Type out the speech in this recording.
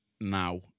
now